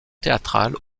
théâtral